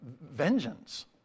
vengeance